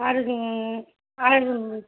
আর আর